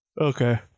Okay